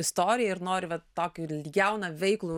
istorijai ir nori vat tokį jauną veiklų